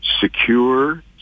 secure